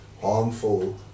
harmful